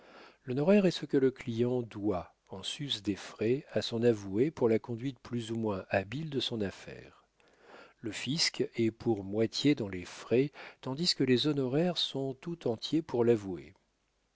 l'honoraire est ce que le client doit en sus des frais à son avoué pour la conduite plus ou moins habile de son affaire le fisc est pour moitié dans les frais tandis que les honoraires sont tout entiers pour l'avoué